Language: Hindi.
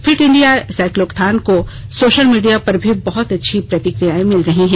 फिट इंडिया साइक्लोथॉन को सोशल मीडिया पर भी बहुत अच्छी प्रतिक्रियाएं मिल रही हैं